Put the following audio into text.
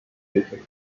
city